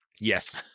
yes